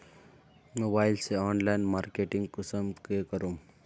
Mobile से online marketing कुंसम के करूम?